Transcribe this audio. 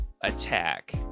attack